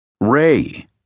Ray